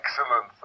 excellent